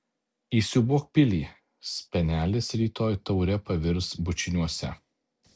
įsiūbuok pilį spenelis rytoj taure pavirs bučiniuose